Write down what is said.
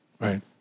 right